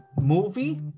movie